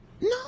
No